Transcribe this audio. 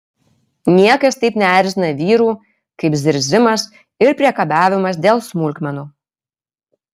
niekas taip neerzina vyrų kaip zirzimas ir priekabiavimas dėl smulkmenų